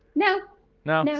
no no no